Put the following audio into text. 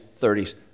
30s